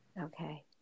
Okay